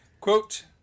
Quote